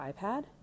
iPad